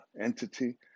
entity